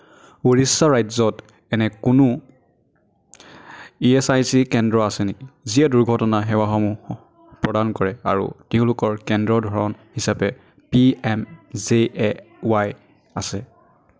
উৰিষ্যা ৰাজ্যত এনে কোনো ই এছ আই চি কেন্দ্ৰ আছে নেকি যিয়ে দুৰ্ঘটনা সেৱাসমূহ প্ৰদান কৰে আৰু তেওঁলোকৰ কেন্দ্ৰৰ ধৰণ হিচাপে P M J A Y আছে